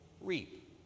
reap